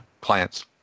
clients